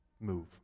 Move